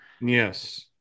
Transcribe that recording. Yes